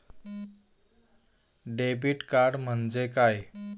Debit card म्हणजे काय?